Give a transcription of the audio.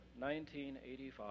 1985